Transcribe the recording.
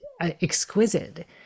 exquisite